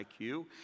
IQ